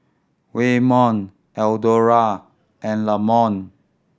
Waymon Eldora and Lamont